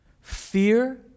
Fear